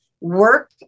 work